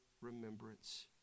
remembrance